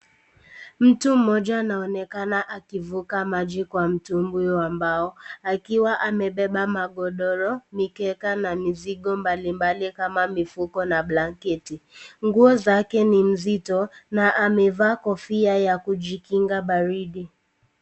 Mtu mmoja anaonekana akivuka maji kwa mtumbwi wa mbao akiwa amebeba magodoro mikeka na mizigo mbali mbali kama mifugo na blanketi. Nguo zake ni nzito na amevaa kofia ya kujikinga baridi.